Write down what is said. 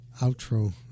Outro